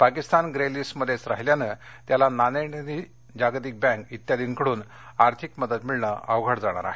Pakistan grey लिस्टमध्येच राहिल्यानं त्याला नाणेनिधी जागतिक बँक इत्यादिंकडन आर्थिक मदत मिळणे अवघड जाणार आहे